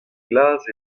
glas